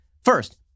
First